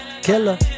Killer